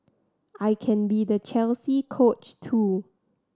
I can be the Chelsea Coach too